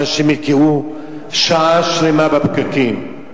אנשים נתקעו שעה שלמה בפקקים.